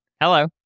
Hello